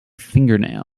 fingernail